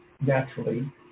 naturally